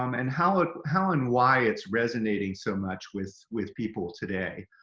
um and how ah how and why it's resonating so much with with people today.